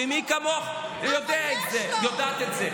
ומי כמוך יודע את זה.